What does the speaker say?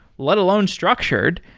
let alone structured.